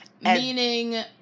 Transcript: Meaning